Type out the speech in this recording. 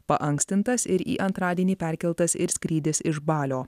paankstintas ir į antradienį perkeltas ir skrydis iš balio